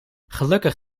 gelukkig